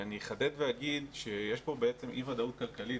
אני אחדד ואומר שיש כאן אי ודאות כלכלית.